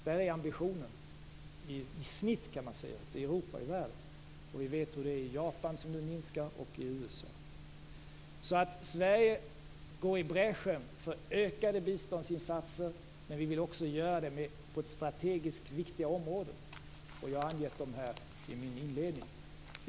Där har vi ambitionen i genomsnitt, kan man säga, både i Europa och i övriga världen. Vi vet ju hur det är i Japan, som nu drar ned, och i USA. Sverige går alltså i bräschen för ökade biståndsinsatser. Vi vill också göra det på strategiskt viktiga områden. Jag angav dessa i mitt inledningsanförande.